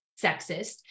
sexist